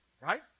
right